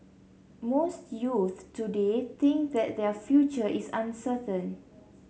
most youths today think that their future is uncertain